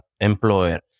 employer